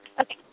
Okay